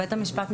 בית המשפט,